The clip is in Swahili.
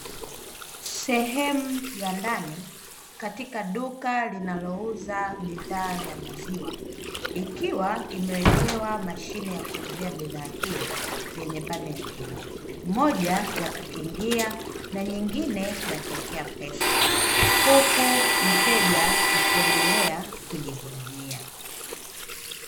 Sehemu ya ndani katika duka linalouza bidhaa ya maziwa, ikiwa imewekewa mashine ya kuuzia bidhaa hiyo yenye pande mbili. Moja ya kukingia na nyingine ya kuwekea pesa, huku mteja akiendelea kujihudumia.